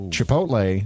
Chipotle